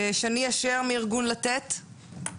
שני אשר מארגון "לתת", בבקשה.